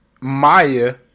Maya